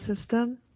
system